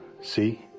See